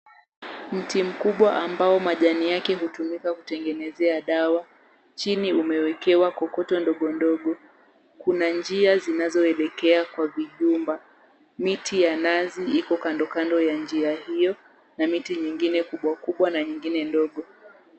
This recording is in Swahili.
Mti mkubwa ambao majani yake hutumika kutengenezea dawa, Chini umewekewa kokoto ndogo ndogo. Kuna njia zinazoelekea kwa vijumba. Miti ya nazi iko kando kando ya njia hiyo na miti nyingine kubwa kubwa na nyingine ndogo.